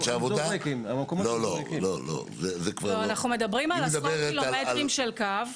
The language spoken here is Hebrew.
אנחנו מדברים על עשרות קילומטרים של קו,